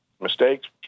mistakes